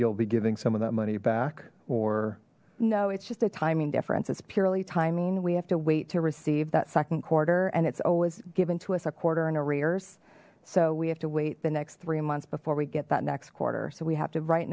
you'll be giving some of that money back or no it's just a timing difference it's purely timing we have to wait to receive that second quarter and it's always given to us a quarter in arrears so we have to wait the next three months before we get that next quarter so we have to wri